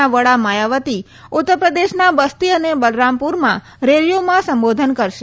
ના વડા માયાવતી ઉત્તરપ્રદેશના બસ્તી અને બલરામપુરમાં રેલીઓમાં સંબોધન કરશે